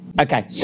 Okay